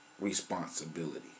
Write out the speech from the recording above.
responsibility